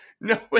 no